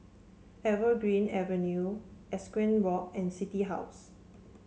Evergreen Avenue Equestrian Walk and City House